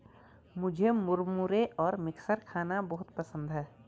मुझे मुरमुरे और मिक्सचर खाना बहुत पसंद है